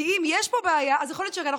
כי אם יש פה בעיה אז יכול להיות שאנחנו